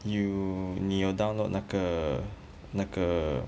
you 你有 download 那个那个